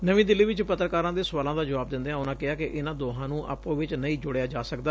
ਨਵੀਂ ਦਿੱਲੀ ਵਿਚ ਪੱਤਰਕਾਰਾਂ ਦੇ ਸੁਆਲਾਂ ਦਾ ਜੁਆਬ ਦਿੰਦਿਆਂ ਉਨਾਂ ਕਿਹਾ ਕਿ ਇਨਾਂ ਦੋਹਾਂ ਨੂੰ ਆਪੋ ਵਿਚ ਨਹੀਂ ਜੋੜਿਆ ਜਾ ਸਕਦਾ